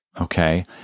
Okay